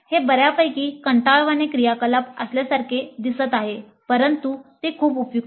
हे बऱ्यापैकी कंटाळवाणे क्रियाकलाप असल्यासारखे दिसत आहे परंतु ते खूप उपयुक्त आहे